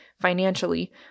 financially